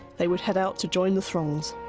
they would head out to join the throngs.